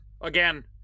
Again